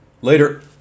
Later